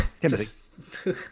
Timothy